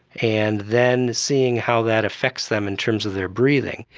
and then seeing how that affects them in terms of their breathing.